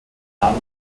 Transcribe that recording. land